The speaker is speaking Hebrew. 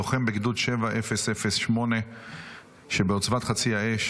לוחם בגדוד 7008 שבעוצבת חצי האש